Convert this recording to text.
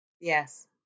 Yes